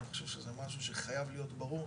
זה משהו שחייב להיות ברור.